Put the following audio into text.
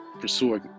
pursuing